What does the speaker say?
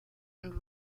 and